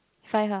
five ah